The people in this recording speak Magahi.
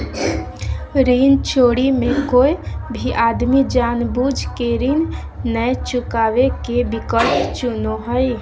ऋण चोरी मे कोय भी आदमी जानबूझ केऋण नय चुकावे के विकल्प चुनो हय